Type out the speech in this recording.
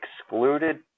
excluded